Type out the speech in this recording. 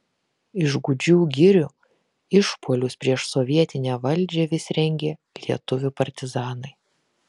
iš gūdžių girių išpuolius prieš sovietinę valdžią vis rengė lietuvių partizanai